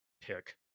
pick